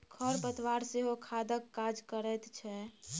खर पतवार सेहो खादक काज करैत छै